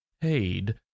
paid